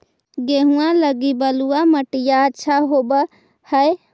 गेहुआ लगी बलुआ मिट्टियां अच्छा होव हैं?